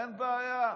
אין בעיה.